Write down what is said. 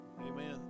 Amen